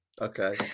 Okay